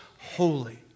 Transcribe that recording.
holy